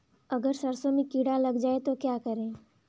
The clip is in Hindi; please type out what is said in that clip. अगर सरसों में कीड़ा लग जाए तो क्या करें?